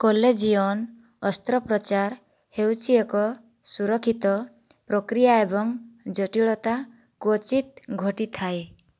କଲେଜିଅନ ଅସ୍ତ୍ରୋପଚାର ହେଉଛି ଏକ ସୁରକ୍ଷିତ ପ୍ରକ୍ରିୟା ଏବଂ ଜଟିଳତା କ୍ୱଚିତ୍ ଘଟିଥାଏ